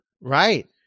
right